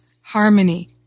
harmony